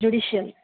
judicial